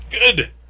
Good